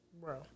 Bro